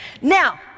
Now